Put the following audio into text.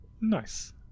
Nice